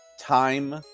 time